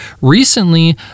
Recently